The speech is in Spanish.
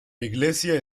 iglesia